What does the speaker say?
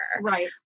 Right